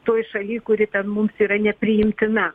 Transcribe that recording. toj šaly kuri ten mums yra nepriimtina